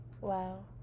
Wow